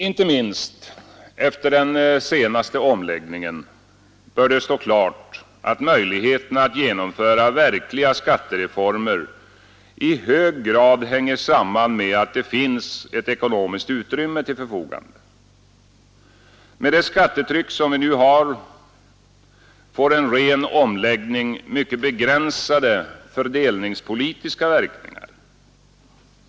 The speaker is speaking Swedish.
Inte minst efter den senaste omläggningen bör det stå klart att möjligheterna att genomföra verkliga skattereformer i hög grad hänger samman med att det finns ett ekonomiskt utrymme till förfogande. Med det skattetryck som vi nu har får en ren omläggning mycket begränsade fördelningspolitiska verkningar.